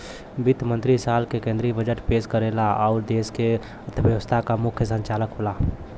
वित्त मंत्री साल क केंद्रीय बजट पेश करेला आउर देश क अर्थव्यवस्था क मुख्य संचालक होला